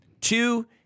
Two